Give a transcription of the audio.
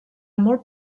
molt